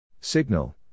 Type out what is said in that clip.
Signal